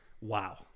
wow